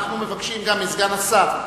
אנחנו מבקשים גם מסגן השר.